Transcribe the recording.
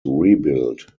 rebuilt